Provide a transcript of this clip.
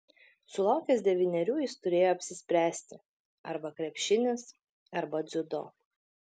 sulaukęs devynerių jis turėjo apsispręsti arba krepšinis arba dziudo